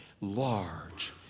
large